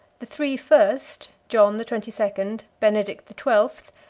the three first, john the twenty-second, benedict the twelfth,